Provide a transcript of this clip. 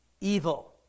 evil